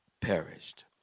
perished